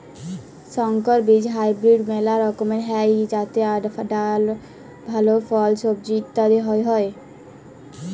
সংকর বীজ হাইব্রিড মেলা রকমের হ্যয় যাতে ভাল ফল, সবজি ইত্যাদি হ্য়য়